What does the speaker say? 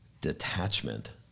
detachment